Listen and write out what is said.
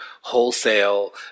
wholesale